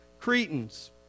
Cretans